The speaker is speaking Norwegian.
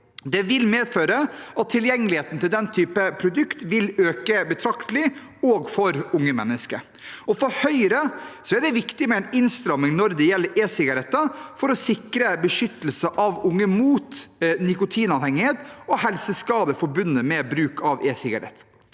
Det vil medføre at tilgjengeligheten til den typen produkter vil øke betraktelig, også for unge mennesker. For Høyre er det viktig med en innstramming når det gjelder e-sigaretter, for å sikre unge beskyttelse mot nikotinavhengighet og helseskader forbundet med bruk av e-sigaretter.